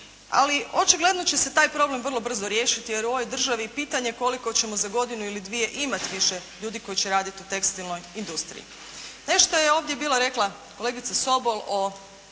Ali očigledno će se taj problem vrlo brzo riješiti jer u ovoj državi pitanje je koliko ćemo za godinu ili dvije imati više ljudi koji će raditi u tekstilnoj industriji. Nešto je ovdje bila rekla kolegica Sobol o